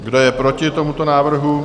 Kdo je proti tomuto návrhu?